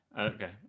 Okay